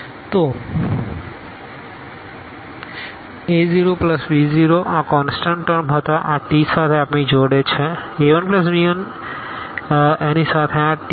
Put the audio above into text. તો a0b0 આ constant term હતા આ t સાથે આપણી જોડે છે a1b1એની સાથે આ t2